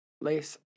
lace